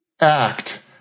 act